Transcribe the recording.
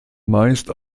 meist